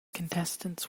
contestants